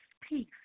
peace